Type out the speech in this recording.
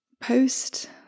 post